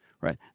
right